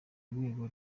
rwego